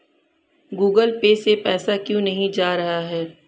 Google Pay से पैसा क्यों नहीं जा रहा है?